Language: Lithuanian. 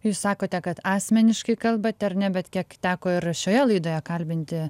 jūs sakote kad asmeniškai kalbat ar ne bet kiek teko ir šioje laidoje kalbinti